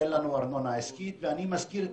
אין לנו ארנונה עסקית ואני מזכיר את